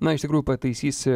na iš tikrųjų pataisysi